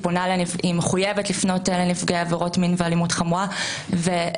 היא מחויבת לפנות לנפגעי עבירות מין ואלימות חמורה ולהציג